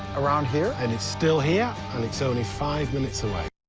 around here? and it's still here, and it's only five minutes away.